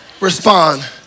Respond